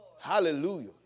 Hallelujah